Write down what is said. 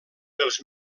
els